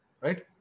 right